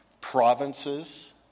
provinces